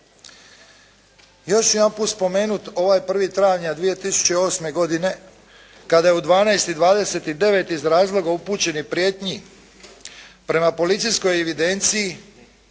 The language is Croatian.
Još ću jedanput spomenuti ovaj 1. travnja 2008. godine kada je u 12,29 iz razloga upućenih prijetnji prema policijskoj evidenciji